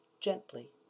gently